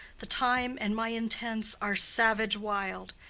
the time and my intents are savage-wild,